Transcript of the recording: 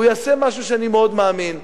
והוא יעשה משהו שאני מאוד מאמין בו,